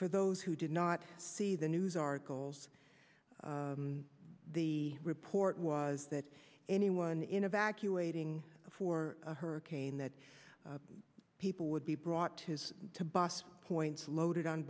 for those who did not see the news articles the report was that anyone in evacuating before a hurricane that people would be brought to his to boston points loaded on